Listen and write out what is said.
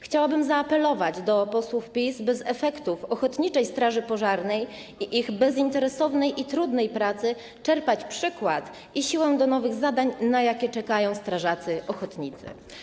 Chciałabym zaapelować do posłów PiS, by z efektów ochotniczej straży pożarnej i jej bezinteresownej i trudnej pracy czerpać przykład i siłę do nowych zadań, na jakie czekają strażacy ochotnicy.